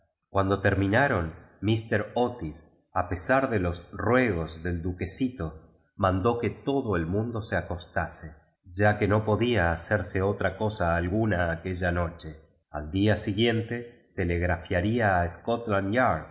liando terminaron místur ütis u pesar de los ruegos del duquosito unimló que todo el mundo se acostase ya que no podía ha cerse cosa alguna aquella noche id día si guiente tolcgrutinrín a